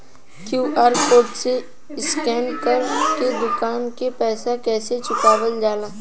QR code से scan कर के दुकान के पैसा कैसे चुकावल जाला?